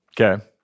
Okay